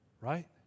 right